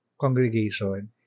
congregation